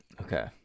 Okay